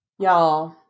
Y'all